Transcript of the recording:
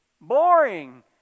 boring